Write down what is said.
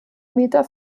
meter